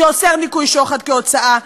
שאוסר ניכוי שוחד כהוצאה,